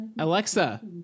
Alexa